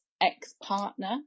ex-partner